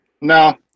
No